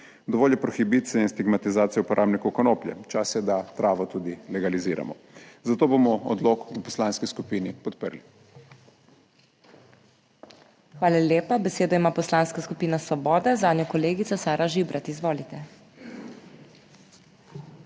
Dovolj je prohibicije in stigmatizacije uporabnikov konoplje. Čas je, da travo tudi legaliziramo. Zato bomo odlok v Poslanski skupini podprli. PODPREDSEDNICA MAG. MEIRA HOT: Hvala lepa. Besedo ima Poslanska skupina Svoboda, zanjo kolegica Sara Žibrat. Izvolite.